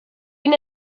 been